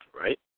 right